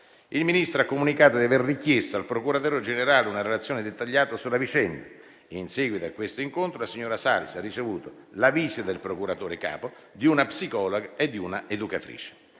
Il Ministro ha comunicato di aver richiesto al procuratore generale una relazione dettagliata sulla vicenda. In seguito a questo incontro, la signora Salis ha ricevuto la visita del procuratore capo, di una psicologa e di una educatrice.